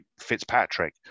Fitzpatrick